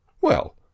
Well